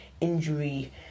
injury